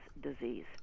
disease